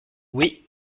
oui